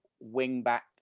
wing-back